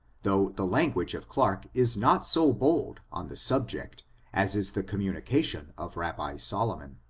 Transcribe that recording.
though the language of clarke is not so bold on the subject as is the communication of rabbi solomon.